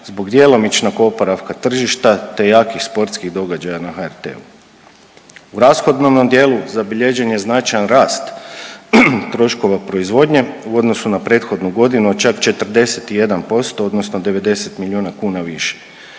zbog djelomičnog oporavka tržišta te jakih sportskih događaja na HRT-u. U rashodovnom dijelu zabilježen je značajan rast troškova proizvodnje u odnosu na prethodnu godinu od čak 41% odnosno 90 milijuna kuna više